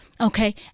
Okay